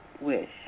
wish